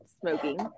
smoking